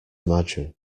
imagine